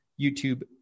YouTube